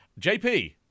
JP